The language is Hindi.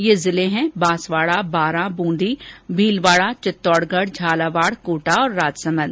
ये जिले हैं बांसवाडा बारा बूंदी भीलवाडा चित्तौडगढ झालावाड कोटा और राजसमंद